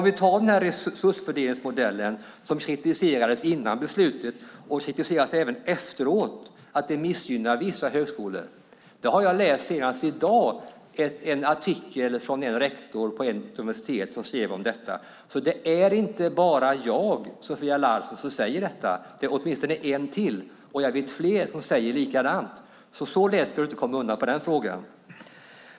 Vi kan se på den resursfördelningsmodell som kritiserades före beslutet, och även efteråt, för att den missgynnar vissa högskolor. Jag har senast i dag läst en artikel om detta, skriven av en rektor för ett av universiteten. Det är alltså inte bara jag som säger detta, Sofia Larsen, utan det finns åtminstone en till som gör det. Dessutom känner jag till fler som säger samma sak. Så lätt ska du alltså inte komma undan den frågan.